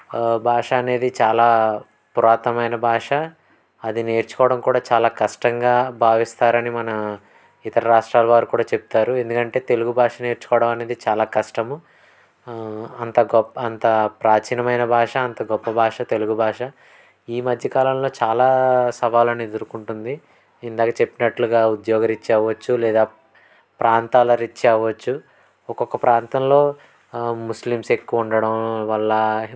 భాష అనేది చాలా పురాతమైన భాష అది నేర్చుకోవడం కూడా చాలా కష్టంగా భావిస్తారని మన ఇతర రాష్ట్రాల వారు కూడా చెప్తారు ఎందుకంటే తెలుగు భాష నేర్చుకోవటం అనేది చాలా కష్టము అంత గొప్ప అంత ప్రాచీనమైన భాష అంత గొప్ప భాష తెలుగు భాష ఈ మధ్యకాలంలో చాలా సవాళ్ళను ఎదుర్కుంటుంది ఇందాక చెప్పినట్లుగా ఉద్యోగరీత్యా అవ్వచ్చు లేదా ప్రాంతాల రీత్యా అవ్వచ్చు ఒక్కొక్క ప్రాంతంలో ముస్లిమ్స్ ఎక్కువ ఉండడం వల్ల